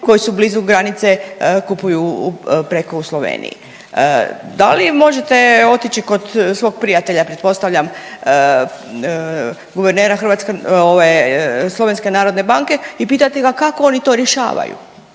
koji su blizu granice kupuju preko u Sloveniji. Da li možete otići kod svog prijatelja pretpostavljam guvernera slovenske Narodne banke i pitati ga kako oni to rješavaju?